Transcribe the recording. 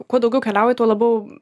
kuo daugiau keliauji tuo labiau